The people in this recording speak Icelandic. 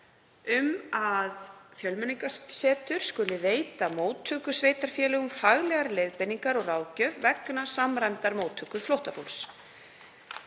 um að Fjölmenningarsetur skuli veita móttökusveitarfélögum faglegar leiðbeiningar og ráðgjöf vegna samræmdrar móttöku flóttafólks.